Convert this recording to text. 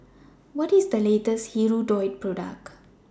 What IS The latest Hirudoid Product